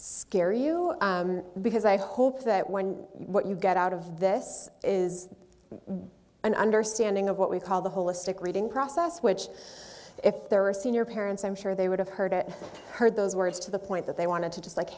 scare you because i hope that when what you get out of this is an understanding of what we call the holistic reading process which if there are senior parents i'm sure they would have heard it heard those words to the point that they wanted to just like